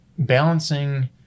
Balancing